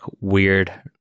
weird